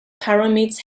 pyramids